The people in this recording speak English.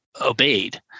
obeyed